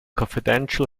confidential